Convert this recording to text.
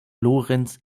lorenz